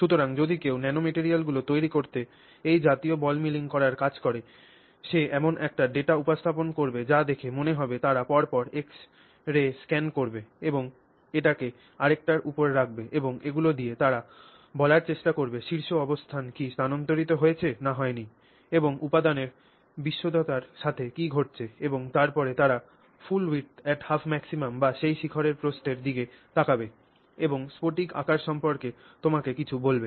সুতরাং যদি কেউ ন্যানোম্যাটেরিয়ালগুলি তৈরি করতে এই জাতীয় বল মিলিং করার কাজ করে সে এমন একটি ডেটা উপস্থাপন করবে যা দেখে মনে হবে তারা পর পর এক্স রে স্ক্যান করবে একটিকে আরেকটির উপর রাখবে এবং এগুলি দিয়ে তারা বলার চেষ্টা করবে শীর্ষ অবস্থান কি স্থানান্তরিত হয়েছে না হয়নি এবং উপাদানের বিশুদ্ধতার সাথে কি ঘটেছে এবং তারপরে তারা full width at half maximum বা সেই শিখরের প্রস্থের দিকে তাকাবে এবং স্ফটিক আকার সম্পর্কে তোমাকে কিছু বলবে